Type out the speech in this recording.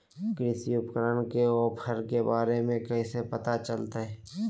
कृषि उपकरण के ऑफर के बारे में कैसे पता चलतय?